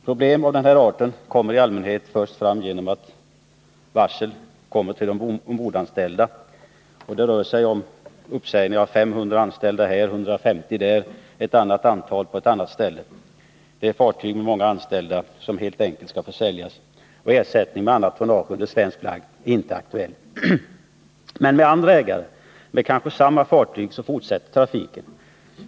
Problem av den här arten kommer i allmänhet först fram genom de varsel om uppsägningar som de ombordanställda får. Det kan röra sig om 500 anställda här, 150 där och ett annat antal på ett annat ställe. Det är fartyg med många anställda som helt enkelt skall försäljas. Ersättning med annat tonnage under svensk flagg är inte aktuell. Men med andra ägare, med kanske samma fartyg fortsätter trafiken.